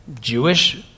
Jewish